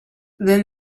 then